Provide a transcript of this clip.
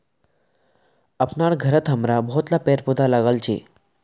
अपनार घरत हमरा बहुतला पेड़ पौधा लगाल छि